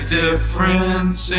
difference